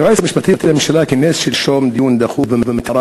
היועץ המשפטי לממשלה כינס שלשום דיון דחוף במטרה